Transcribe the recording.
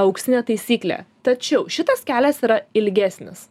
auksinė taisyklė tačiau šitas kelias yra ilgesnis